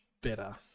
better